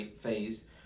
phase